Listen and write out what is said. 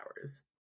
hours